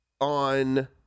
on